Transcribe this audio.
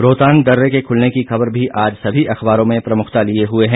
रोहतांग दर्रे के खुलने की खुबर भी आज समी अख़बारों में प्रमुखता लिए हुए है